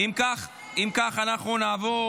אם כך, אנחנו נעבור